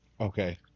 Okay